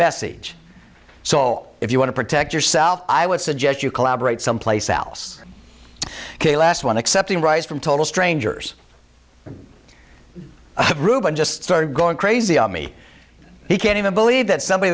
message so if you want to protect yourself i would suggest you collaborate someplace else ok last one accepting rice from total strangers ruben just started going crazy on me he can't even believe that somebody